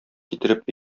китереп